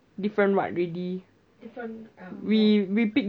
different [what] already we pick